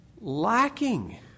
lacking